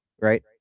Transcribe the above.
right